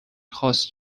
خواست